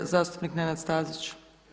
Zastupnik Nenad Stazić.